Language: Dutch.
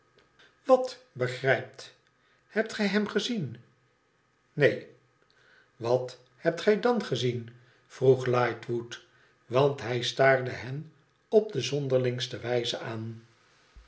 wat begrijpt hebt gij hem gezien ineen wat hebt gij dan gezien vroeg lightwood want hij staarde hen op de zonderlingste wijze a